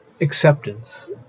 acceptance